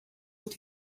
that